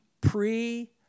pre